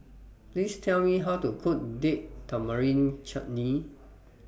Please Tell Me How to Cook Date Tamarind Chutney